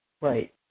right